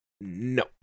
no